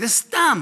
זה סתם.